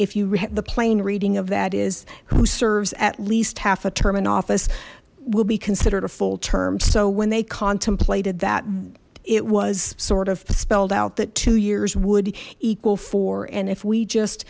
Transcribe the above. read the plain reading of that is who serves at least half a term in office will be considered a full term so when they contemplated that it was sort of spelled out that two years would equal four and if we just